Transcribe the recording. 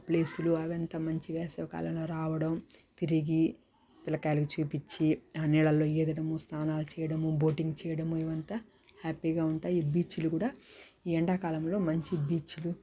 ప్లేసులు అవంతా మంచి వేసవి కాలంలో రావడం తిరిగి పిల్లకాయలకు చూపిచ్చి నీళ్లల్లో ఈదడము స్నానాలు చేయడము బోటింగ్ చేయడము ఇవంతా హ్యాపీగా ఉంటాయి ఈ బీచులు కూడా ఈ ఎండాకాలంలో మంచి బీచులు